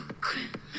criminal